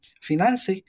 Finance